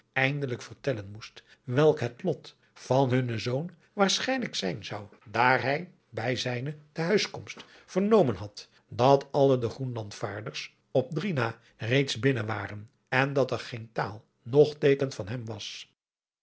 eindelijk vertellen moest welk het lot van hunnen zoon waarschijnlijk zijn zou daar hij bij zijne te huiskomst vernomen had dat alle de groenlandsvaarders op drie na reeds binnen waren en dat er geen taal nog teeken van hem was